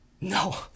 No